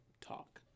talk